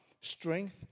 strength